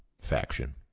faction